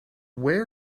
where